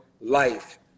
life